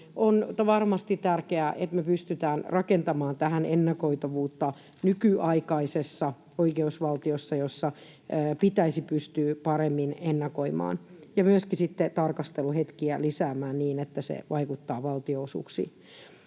on varmasti tärkeää, että me pystymme rakentamaan tähän ennakoitavuutta nykyaikaisessa oikeusvaltiossa, jossa pitäisi pystyä paremmin ennakoimaan, ja myöskin sitten tarkasteluhetkiä lisäämään niin, että se vaikuttaa valtionosuuksiin.